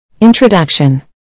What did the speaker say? Introduction